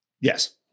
Yes